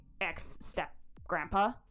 ex-step-grandpa